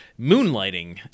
Moonlighting